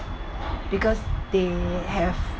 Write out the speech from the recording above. because they have